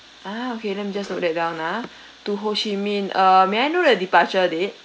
ah okay let me just note that down ah to ho chi minh err may I know the departure date